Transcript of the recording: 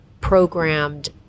programmed